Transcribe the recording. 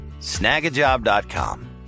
snagajob.com